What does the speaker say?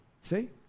See